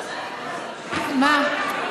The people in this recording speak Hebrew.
מה?